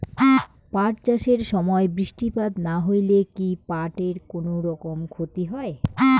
পাট চাষ এর সময় বৃষ্টিপাত না হইলে কি পাট এর কুনোরকম ক্ষতি হয়?